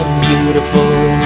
beautiful